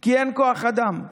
כי אין כוח אדם,